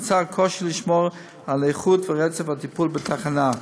נוצר קושי לשמור על איכות ורצף הטיפול בתחנה.